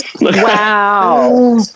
Wow